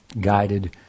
guided